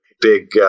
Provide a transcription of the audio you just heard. big